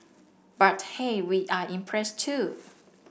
but hey we are impressed too